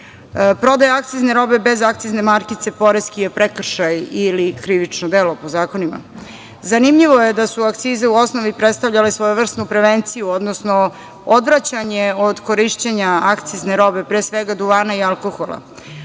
akcizne robe bez akcizne markice poreski je prekršaj ili krivično delo po zakonima. Zanimljivo je da su akcize u osnovi predstavljale svojevrsnu prevenciju, odnosno odvraćanje od korišćenja akcizne robe, pre svega duvana i alkohola.